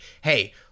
Hey